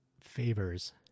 favors